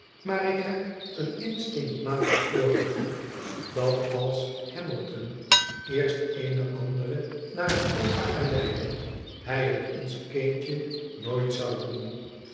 maar ik heb een instinctmatig voorgevoel dat als hamilton eerst eene andere naar het altaar geleidde hij het ons kindje nooit zou doen